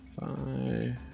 Five